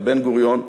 על בן-גוריון,